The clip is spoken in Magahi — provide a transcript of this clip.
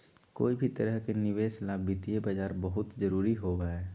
कोई भी तरह के निवेश ला वित्तीय बाजार बहुत जरूरी होबा हई